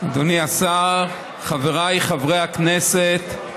אדוני השר, חבריי חברי הכנסת,